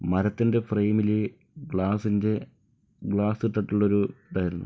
മരത്തിന്റെ ഫ്രെയിമിൽ ഗ്ലാസിന്റെ ഗ്ലാസ് ഇട്ടിട്ടുള്ള ഒരു ഇതായിരുന്നു